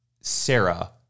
Sarah